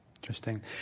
Interesting